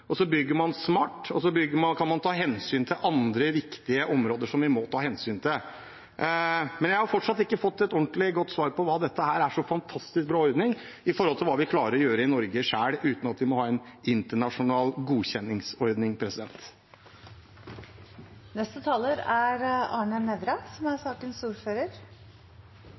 Så bygger man smart, og så kan man ta hensyn til andre viktige områder som vi må ta hensyn til. Men jeg har fortsatt ikke fått et ordentlig godt svar på hvorfor dette er en så fantastisk bra ordning i forhold til hva vi klarer å gjøre i Norge selv uten at vi må ha en internasjonal godkjenningsordning.